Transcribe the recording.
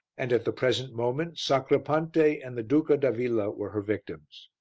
and at the present moment sacripante and the duca d'avilla were her victims.